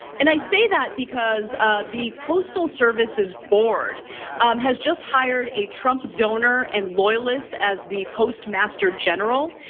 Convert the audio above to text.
and i say that because the postal service's board has just hired a trump donor and loyalist as the postmaster general.